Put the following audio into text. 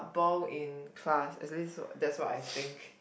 ball in class at least what that's what I think